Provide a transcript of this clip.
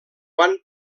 van